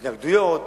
התנגדויות,